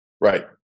right